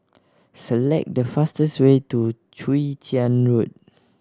select the fastest way to Chwee Chian Road